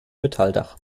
metalldach